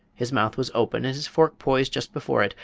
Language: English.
his mouth was open and his fork poised just before it,